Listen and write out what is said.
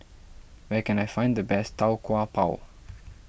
where can I find the best Tau Kwa Pau